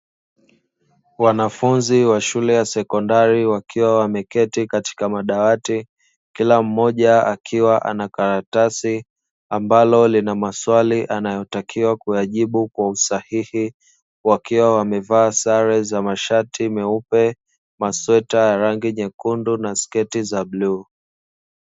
Wanafunzi wa shule ya sekondari wakiwa wameketi katika madawati kila mmoja akiwa na karatasi, ambalo lina maswali anayotakiwa kujibu kw ausahihi, wkaiwa wamevaa sare za mashati meupe, masweta ya rangi nyekundu na sketi za bluu.